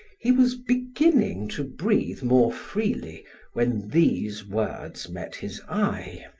he was beginning to breathe more freely when these words met his eye